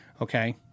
okay